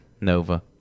Nova